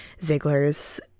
Ziegler's